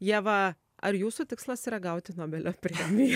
ieva ar jūsų tikslas yra gauti nobelio premiją